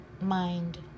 mind